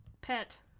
pet